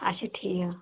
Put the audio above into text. اچھا ٹھیٖک